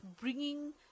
bringing